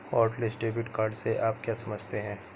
Hotlist debit card से आप क्या समझते हैं?